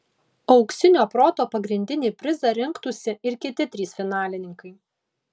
auksinio proto pagrindinį prizą rinktųsi ir kiti trys finalininkai